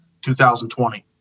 2020